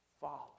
follow